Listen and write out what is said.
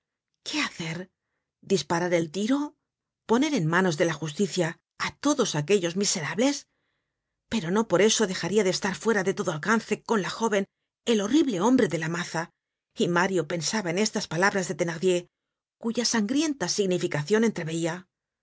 qué hacer disparar el tiro poner en manos de la justicia á todos aquellos miserables pero no por eso dejaria de estar fuera de todo alcance con la jóven el horrible hombre de la maza y mario pensaba en estas palabras de thenardier cuya sangrienta significacion